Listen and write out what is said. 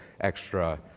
extra